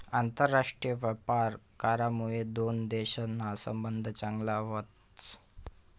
आंतरराष्ट्रीय व्यापार करामुये दोन देशसना संबंध चांगला व्हतस